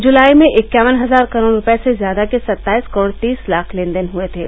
जुलाई में इक्यावन हजार करोड़ रुपये से ज्यादा के सत्ताईस करोड़ तीस लाख लेन देन हुए थे